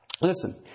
Listen